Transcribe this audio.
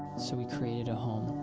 so we created a home.